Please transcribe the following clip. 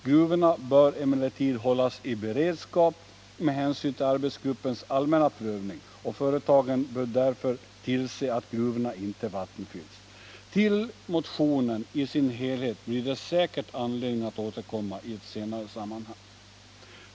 Gruvorna bör emellertid hållas i beredskap med hänsyn till arbetsgruppens allmänna prövning, och företagen bör därför tillse att gruvorna vattenfylls. Till motionen i sin helhet blir det säkert anledning att återkomma i ett senare sammanhang.